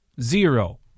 Zero